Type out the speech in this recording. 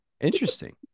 Interesting